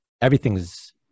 everything's